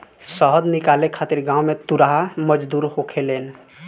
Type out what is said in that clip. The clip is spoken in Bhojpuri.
शहद निकाले खातिर गांव में तुरहा मजदूर होखेलेन